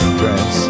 dress